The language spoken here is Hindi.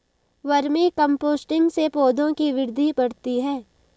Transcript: वर्मी कम्पोस्टिंग से पौधों की वृद्धि बढ़ती है